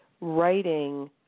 writing